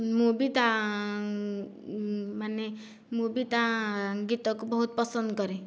ମୁଁ ବି ତା ମାନେ ମୁଁ ବି ତା ଗୀତ କୁ ବହୁତ ପସନ୍ଦ କରେ